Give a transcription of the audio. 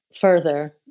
further